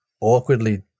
awkwardly